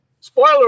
Spoiler